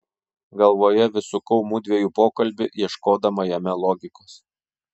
galvoje vis sukau mudviejų pokalbį ieškodama jame logikos